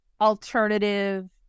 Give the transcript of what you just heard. alternative